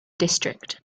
district